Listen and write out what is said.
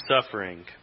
suffering